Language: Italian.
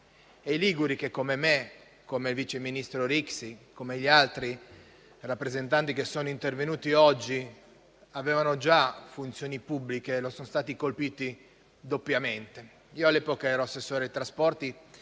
E i liguri che, come me, come il vice ministro Rixi e come gli altri rappresentanti che sono intervenuti oggi, ricoprivano già funzioni pubbliche sono stati colpiti doppiamente. Io all'epoca ero assessore ai trasporti